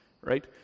right